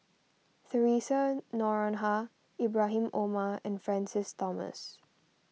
theresa Noronha Ibrahim Omar and Francis Thomas